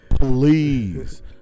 Please